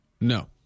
No